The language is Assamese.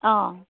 অঁ